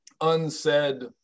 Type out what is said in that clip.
unsaid